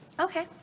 okay